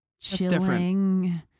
chilling